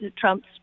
Trump's